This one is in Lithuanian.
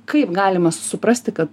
kaip galima suprasti kad